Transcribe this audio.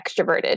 extroverted